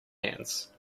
hands